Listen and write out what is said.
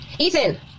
Ethan